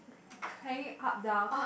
hanging up down